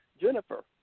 Jennifer